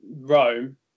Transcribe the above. Rome